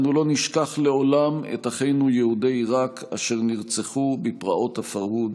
אנו לא נשכח לעולם את אחינו יהודי עיראק אשר נרצחו בפרעות הפרהוד.